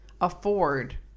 afford